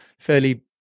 fairly